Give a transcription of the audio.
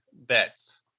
bets